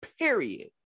Period